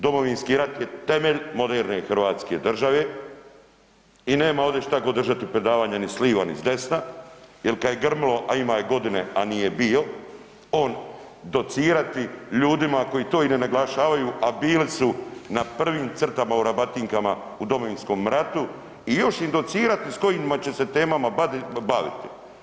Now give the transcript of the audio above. Domovinski rat je temelj moderne hrvatske države i nema ovdje šta ko držati predavanja ni s liva ni s desna jel kad je grmilo, a ima je godine, a nije bio, on docirati ljudima koji to i ne naglašavaju, a bili su na prvim crtama u rabatinkama u Domovinskom ratu i još im docirati s kojima će se temama baviti.